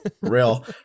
Real